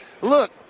look